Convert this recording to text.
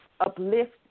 uplift